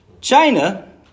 China